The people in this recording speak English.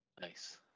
Nice